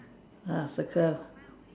ah circle